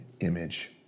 image